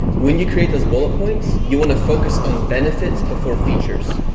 when you create those bullet points, you want to focus on benefits before features.